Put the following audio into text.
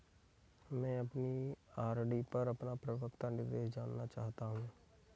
मैं अपनी आर.डी पर अपना परिपक्वता निर्देश जानना चाहता हूँ